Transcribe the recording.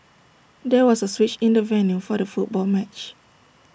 there was A switch in the venue for the football match